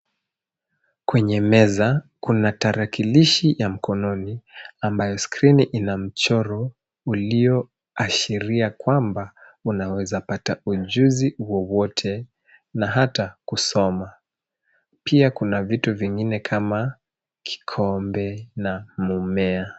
Kwenye meza kuna tarakilishi ya mkononi ambayo skrini ina mchoro ulio ashiria kwamba unaweza pata ujuzi wowote na hata kusoma. Pia kuna vitu vingine kama kikombe na mmea.